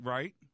Right